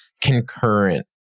concurrent